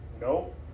Nope